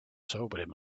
sobered